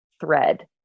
thread